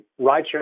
Rideshare